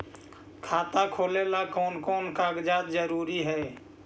खाता खोलें ला कोन कोन कागजात जरूरी है?